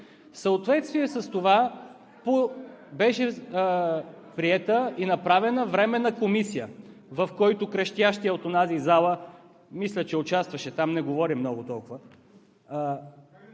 В съответствие с това беше приета и направена временна комисия, в която крещящият от онази зала мисля, че участваше. Там не говори толкова